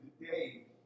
today